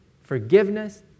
forgiveness